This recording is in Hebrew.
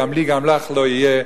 "גם לי גם לך לא יהיה".